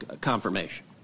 confirmation